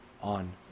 on